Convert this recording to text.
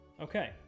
okay